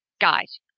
guys